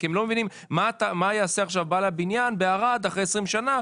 כי הם לא מבינים מה יעשה עכשיו בעל בניין בערד אחרי 20 שנה,